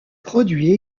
produit